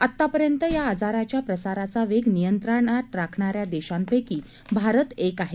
आतापर्यंत या आजाराच्या प्रसाराचा वेग नियंत्रणात राखणाऱ्या देशांपैकी भारत एक आहे